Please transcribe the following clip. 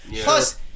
Plus